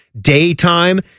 daytime